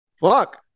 Fuck